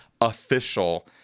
official